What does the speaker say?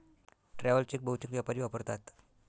travel cheque बहुतेक व्यापारी वापरतात